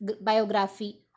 biography